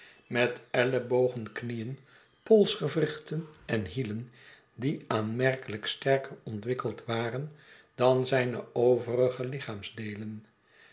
met ellebogen knieen polsgewrichten en hielen die aanmerkelijk sterker ontwikkeld waren dan zijne overige lichaamsdeelen